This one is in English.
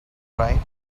right